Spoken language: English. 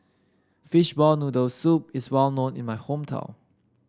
Fishball Noodle Soup is well known in my hometown